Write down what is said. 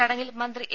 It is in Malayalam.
ചടങ്ങിൽ മന്ത്രി എ